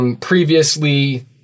Previously